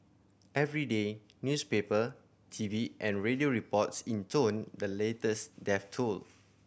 every day newspaper TV and radio reports intoned the latest death toll